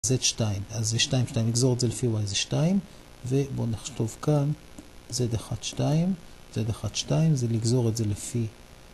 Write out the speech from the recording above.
Z2, אז זה 2 2, נגזור את זה לפי Y זה 2 ובואו נכתוב כאן Z1 2, Z1 2 זה לגזור את זה לפי.